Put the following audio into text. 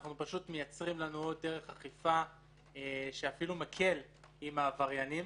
אנחנו פשוט מייצרים דרך אכיפה שאפילו מקילה עם העבריינים.